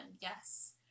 Yes